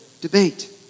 debate